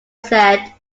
said